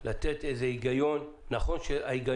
זאת אומרת, בעוד שבוע